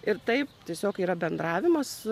ir taip tiesiog yra bendravimas